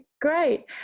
Great